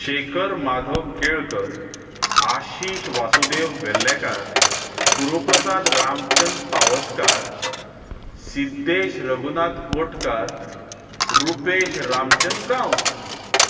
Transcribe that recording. Shekhar Madhav Kelkar Ashish Vasudev Vellekar Guruprasad Ramchand Pawaskar Siddhesh Raghunath Kothkar Rupesh Ramchand Gawas